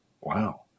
wow